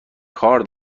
کار